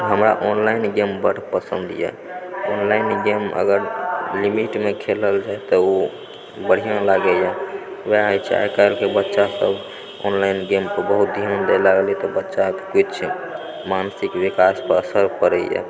हमरा online game बड्ड पसन्द यऽ ऑनलाइन गेम अगर लिमिटमे खेलल जाय तऽ ओ बढ़िआँ लागैए ओएह होइ छै आइ काल्हिके बच्चा सब ऑनलाइन गेम के बहुत ध्यान दिअ लागलै तऽ बच्चाक किछु मानसिक विकास पर असर पड़ैया